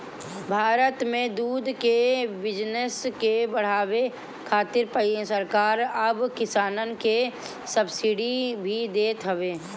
भारत में दूध के बिजनेस के बढ़ावे खातिर सरकार अब किसानन के सब्सिडी भी देत हवे